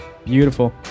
Beautiful